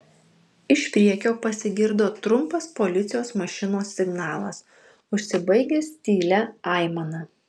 iš priekio pasigirdo trumpas policijos mašinos signalas užsibaigęs tylia aimana